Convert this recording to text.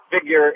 figure